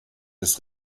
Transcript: des